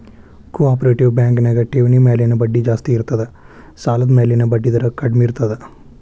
ಕೊ operative bank ನ್ಯಾಗ ಠೆವ್ಣಿ ಮ್ಯಾಲಿನ್ ಬಡ್ಡಿ ಜಾಸ್ತಿ ಇರ್ತದ ಸಾಲದ್ಮ್ಯಾಲಿನ್ ಬಡ್ಡಿದರ ಕಡ್ಮೇರ್ತದ